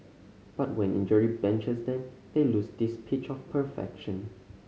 but when injury benches them they lose this pitch of perfection